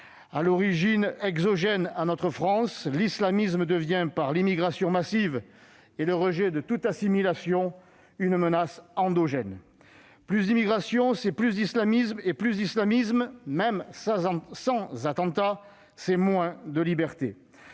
À l'origine exogène à notre France, l'islamisme devient par l'immigration massive et le rejet de toute assimilation une menace endogène. Plus d'immigration, c'est plus d'islamisme, et plus d'islamisme, même sans attentat, c'est moins de libertés.